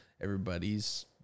everybody's